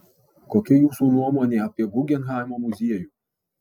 kokia jūsų nuomonė apie guggenheimo muziejų